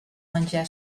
menjar